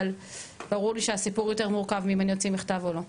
אבל ברור לי שהסיפור יותר מורכב מאם אני אוציא מכתב או לא.